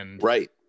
Right